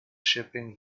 shipping